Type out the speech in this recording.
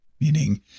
meaning